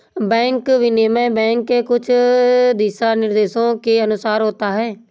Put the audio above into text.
bank विनिमय bank के कुछ दिशानिर्देशों के अनुसार होता है